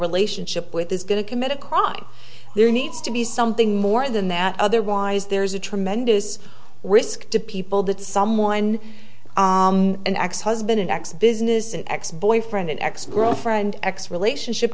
relationship with is going to commit a crime there needs to be something more than that otherwise there's a tremendous risk to people that someone an ex husband an ex business an ex boyfriend an ex girlfriend ex relationship